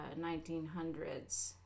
1900s